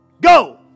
Go